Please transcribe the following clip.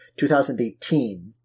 2018